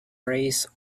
race